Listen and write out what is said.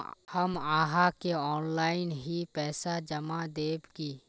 हम आहाँ के ऑनलाइन ही पैसा जमा देब की?